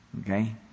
Okay